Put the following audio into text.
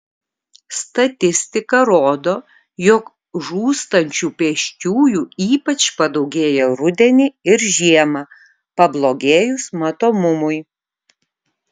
statistika rodo jog žūstančių pėsčiųjų ypač padaugėja rudenį ir žiemą pablogėjus matomumui